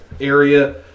area